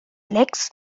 lecks